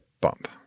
bump